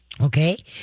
Okay